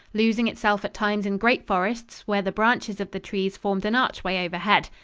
losing itself at times in great forests, where the branches of the trees formed an archway overhead.